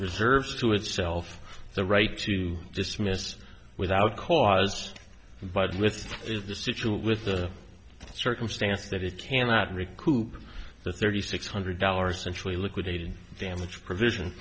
reserves to itself the right to dismiss without cause but with is the situ with the circumstance that it cannot recoup the thirty six hundred dollars entry liquidated damages provision